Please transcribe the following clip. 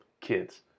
kids